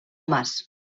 mas